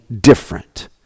different